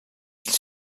ils